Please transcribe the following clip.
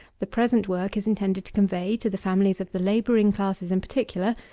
the present work is intended to convey, to the families of the labouring classes in particular,